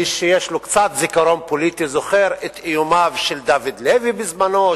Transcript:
מי שיש לו קצת זיכרון פוליטי זוכר את איומיו של דוד לוי בזמנו,